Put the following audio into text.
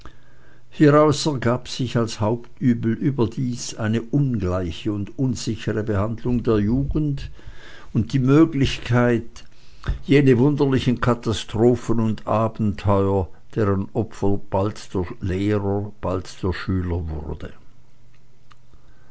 hieraus ergab sich als hauptübel überdies eine ungleiche und unsichere behandlung der jugend und die möglichkeit jener wunderlichen katastrophen und abenteuer deren opfer bald der lehrer bald der schüler wurde